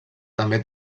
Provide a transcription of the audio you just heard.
també